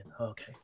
Okay